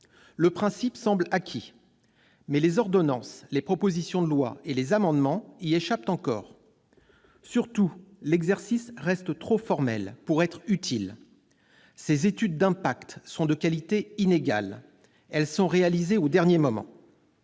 Le principe semble acquis, mais les ordonnances, les propositions de loi et les amendements y échappent encore. Surtout, l'exercice reste trop formel pour être utile : ces études d'impact sont de qualité inégale et sont souvent réalisées au dernier moment.